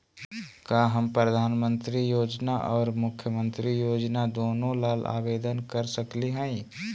का हम प्रधानमंत्री योजना और मुख्यमंत्री योजना दोनों ला आवेदन कर सकली हई?